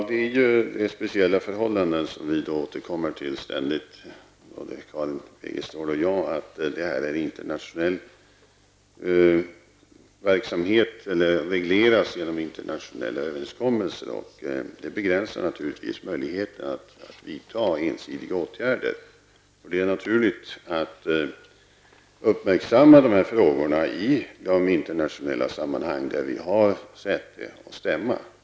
Herr talman! Det är ju speciella förhållanden i Öresund, som vi ständigt återkommer till, både Karin Wegestål och jag. Sjöfarten i Öresund regleras genom internationella överenskommelser, och det begränsar naturligtvis möjligheten att vidta ensidiga åtgärder. Det är naturligt att uppmärksamma de frågorna i de internationella sammanhang där vi har säte och stämma.